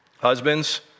husbands